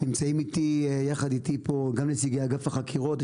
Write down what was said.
נמצאים איתי, יחד איתי פה גם נציגי אגף החקירות.